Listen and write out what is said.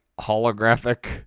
holographic